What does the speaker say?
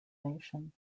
nation